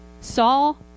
Saul